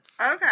Okay